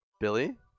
Billy